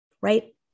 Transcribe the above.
Right